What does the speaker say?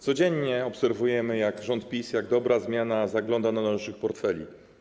Codziennie obserwujemy, jak rząd PiS, jak dobra zmiana zagląda do naszych portfeli.